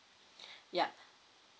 ya